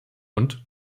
und